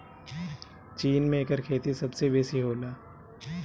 चीन में एकर खेती सबसे बेसी होला